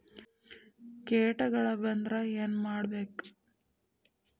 ಕೇಟಗಳ ಬಂದ್ರ ಏನ್ ಮಾಡ್ಬೇಕ್?